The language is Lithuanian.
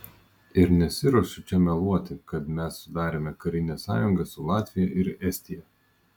ir nesiruošiu čia meluoti kad mes sudarėme karinę sąjungą su latvija ir estija